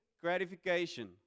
gratification